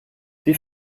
die